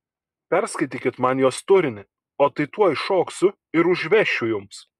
perskaitykit man jos turinį o tai tuoj šoksiu ir užvešiu jums